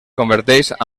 converteix